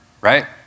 right